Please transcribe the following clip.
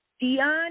Dion